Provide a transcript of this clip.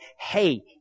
hey